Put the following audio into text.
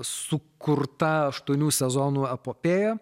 sukurta aštuonių sezonų epopėja